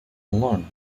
alone